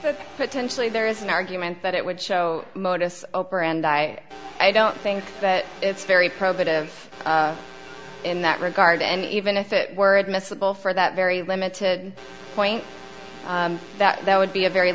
think potentially there is an argument that it would show modus operandi i don't think that it's very probative in that regard and even if it were admissible for that very limited point that would be a very